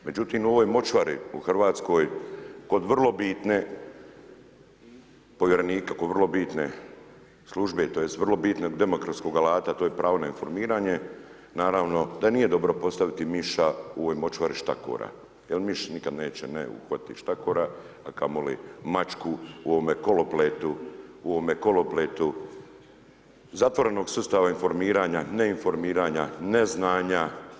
Međutim u ovoj močvari u Hrvatskoj, kod vrlo bitne, kod povjerenika, kod vrlo bitne službe tj. vrlo bitnog demokratskog alata, to je pravo na informiranje, naravno da nije dobro postaviti miša u ovoj močvari štakora jer miš nikad neće uhvatiti štakora a kamoli mačku u ovom kolopletu zatvorenog sustava informiranja, neinformiranja, neznanja.